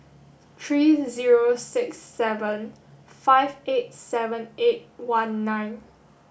three zero six seven five eight seven eight one nine